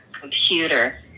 computer